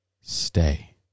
stay